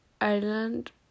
ireland